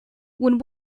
when